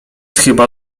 chyba